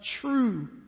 true